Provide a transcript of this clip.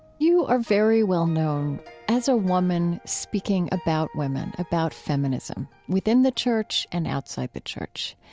you are very well-known as a woman speaking about women, about feminism within the church and outside the church.